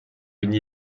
une